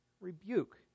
rebuke